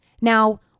Now